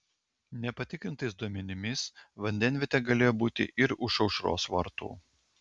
nepatikrintais duomenimis vandenvietė galėjo būti ir už aušros vartų